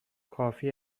کافی